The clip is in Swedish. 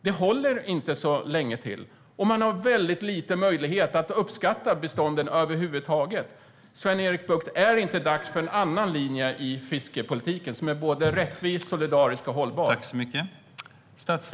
De håller inte så länge till. Man har väldigt liten möjlighet att över huvud taget uppskatta bestånden. Är det inte dags för en annan linje i fiskepolitiken, Sven-Erik Bucht, som är både rättvis, solidarisk och hållbar?